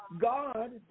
God